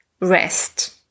rest